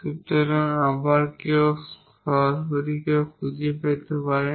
সুতরাং আবার সরাসরি কেউ খুঁজে পেতে পারেন